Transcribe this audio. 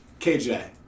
KJ